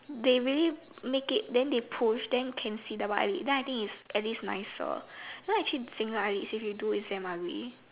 they really make it then they push then can see double eyelid then I think it is at least nicer you know actually single eyelid if you do it is damn ugly